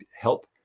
help